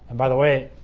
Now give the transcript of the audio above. by the way,